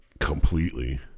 completely